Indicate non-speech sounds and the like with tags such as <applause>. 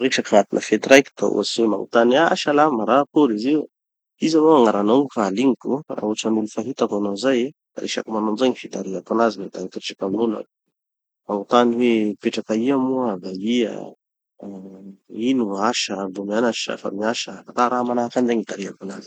<audio distortion> resaky agnaty fety raiky da ohatsy hoe magnotany ah salama ra, akory izy io! Iza moa gn'agnaranao igny fa halignoko? Ary hotran'olo fa hitako hanao zay. Resaky manao anizay gny fitarihako anazy no hitari-dresaky amin'olo aho. Magnotany hoe mipetraky aia moa? da ia? ah ino gn'asa? mbo mianatry sa fa miasa? Raharaha manahaky anizay gny itarihako anazy.